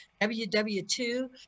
WW2